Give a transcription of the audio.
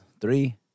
three